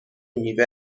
میوه